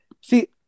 see